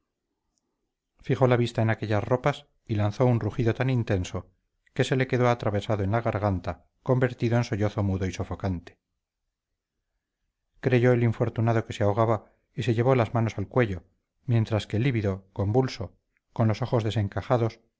fijó la vista en aquellas ropas y lanzó un rugido intenso que se le quedó atravesado en la garganta convertido en sollozo mudo y sofocante creyó el infortunado que se ahogaba y se llevó las manos al cuello mientras que lívido convulso con los ojos desencajados